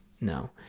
no